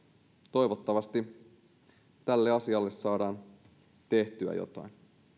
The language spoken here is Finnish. toivottavasti tälle asialle saadaan tehtyä jotain